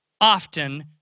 often